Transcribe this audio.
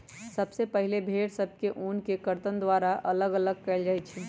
सबसे पहिले भेड़ सभ से ऊन के कर्तन द्वारा अल्लग कएल जाइ छइ